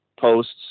posts